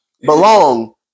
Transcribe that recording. belong